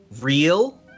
real